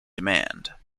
demand